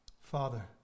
Father